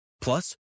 Plus